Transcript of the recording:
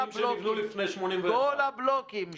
בתים שנבנו לפני 1981. כל הבלוקים.